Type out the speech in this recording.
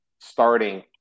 Starting